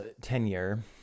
tenure